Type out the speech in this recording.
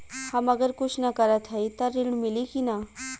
हम अगर कुछ न करत हई त ऋण मिली कि ना?